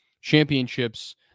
Championships